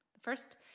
First